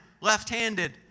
left-handed